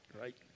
right